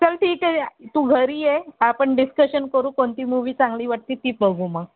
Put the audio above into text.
चल ठीक आहे तू घरी ये आपण डिस्कशन करू कोणती मूवी चांगली वाटते ती बघू मग